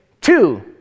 two